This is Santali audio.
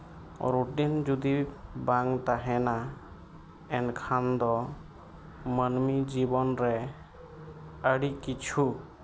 ᱨᱩᱴᱤᱱ ᱡᱩᱫᱤ ᱵᱟᱝ ᱛᱟᱦᱮᱱᱟ ᱮᱱᱠᱷᱟᱱ ᱫᱚ ᱢᱟᱹᱱᱢᱤ ᱡᱤᱵᱚᱱ ᱨᱮ ᱟᱹᱰᱤ ᱠᱤᱪᱷᱩ